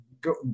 go